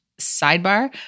sidebar